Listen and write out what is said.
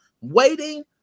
waiting